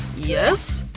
yes?